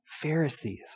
Pharisees